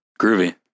groovy